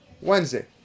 Wednesday